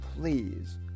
please